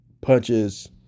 punches